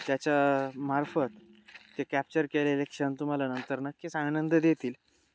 त्याच्या मार्फत ते कॅप्चर केलेले क्षण तुम्हाला नंतर नक्कीच आनंद देतील